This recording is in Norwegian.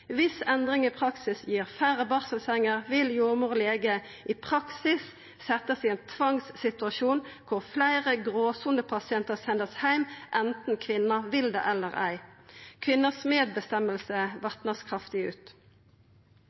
Viss endring i praksis gir færre barselsenger, vert jordmor og lege i praksis sette i ein tvangssituasjon der fleire gråsonepasientar vert sende heim, anten kvinna vil det eller ei. Kvinners medbestemming vert vatna kraftig ut.